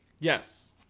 Yes